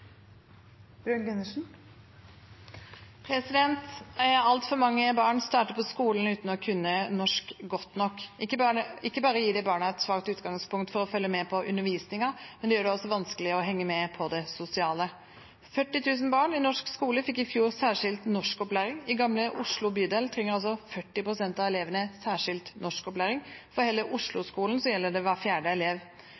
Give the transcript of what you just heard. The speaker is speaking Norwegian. Altfor mange barn starter på skolen uten å kunne norsk godt nok. Ikke bare gir det barna et svakt utgangspunkt for å følge med på undervisningen, men det gjør det også vanskelig å henge med på det sosiale. 40 000 barn i norsk skole fikk i fjor særskilt norskopplæring. I Gamle Oslo bydel trenger altså 40 pst. av elevene særskilt norskopplæring. For hele